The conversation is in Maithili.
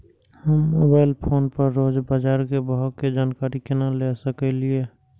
हम मोबाइल फोन पर रोज बाजार के भाव के जानकारी केना ले सकलिये?